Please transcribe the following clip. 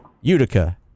Utica